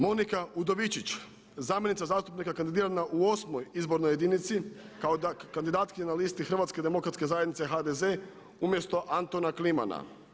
Monika Udovičić zamjenica zastupnika kandidirana u osmoj izbornoj jedinici kao kandidatkinja na listi Hrvatske demokratske zajednice HDS umjesto Antona Klimana.